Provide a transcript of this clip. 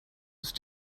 ist